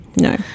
No